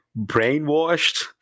brainwashed